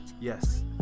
Yes